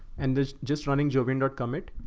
and it's just running jovan dot commit.